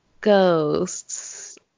ghosts